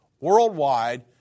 worldwide